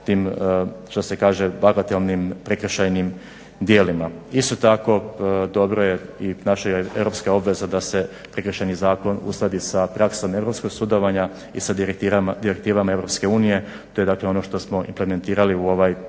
tim što se kaže bagatilnim prekršajnim djelima. Isto tako dobro je i naša je europska obveza da se Prekršajni zakon uskladi sa praksom europskom sudovanja i sa direktivama EU. To je dakle ono što smo implementirali u ovaj